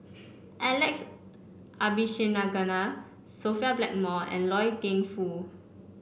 Alex Abisheganaden Sophia Blackmore and Loy Keng Foo